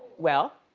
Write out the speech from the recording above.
well,